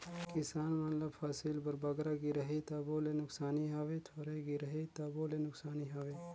किसान मन ल फसिल बर बगरा गिरही तबो ले नोसकानी हवे, थोरहें गिरही तबो ले नोसकानी हवे